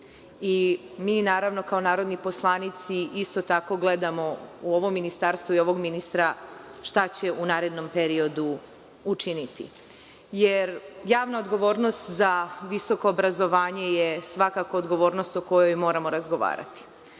Mi, naravno, kao narodni poslanici, isto tako gledamo u ovo ministarstvo i ovog ministra šta će u narednom periodu učiniti. Javna odgovornost za visoko obrazovanje je svakako odgovornost o kojoj moramo razgovarati.